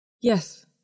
Yes